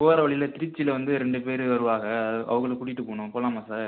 போகிற வழியில் திருச்சியில் வந்து ரெண்டு பேரு வருவாங்க அ அவகள கூட்டிட்டு போகணும் போகலாமா சார்